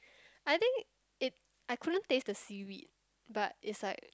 I think it I couldn't taste the seaweed but it's like